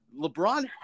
LeBron